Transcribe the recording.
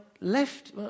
left